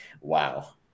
Wow